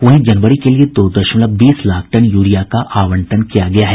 वहीं जनवरी के लिए दो दशमलव बीस लाख टन यूरिया का आवंटन किया गया है